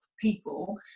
people